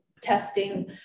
testing